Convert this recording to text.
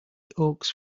oaks